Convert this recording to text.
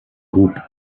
groupes